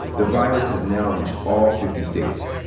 the virus has now reached all fifty states,